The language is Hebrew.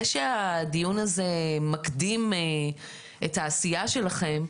זה שהדיון הזה מקדים את העשייה שלכם,